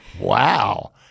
Wow